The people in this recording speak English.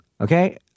Okay